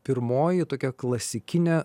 pirmoji tokia klasikinė